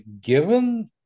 given